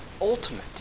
ultimate